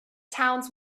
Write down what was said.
towns